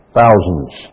thousands